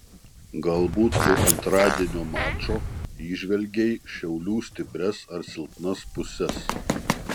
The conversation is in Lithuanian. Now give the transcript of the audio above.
galbūt po antradienio mačo įžvelgei šiaulių stiprias ar silpnas puses